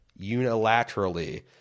unilaterally